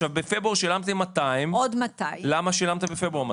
בפברואר שילמתם 200. עוד 200. למה שילמתם בפברואר 200?